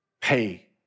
pay